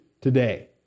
today